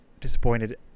disappointed